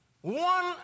one